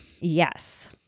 Yes